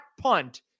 punt